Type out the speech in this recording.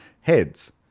heads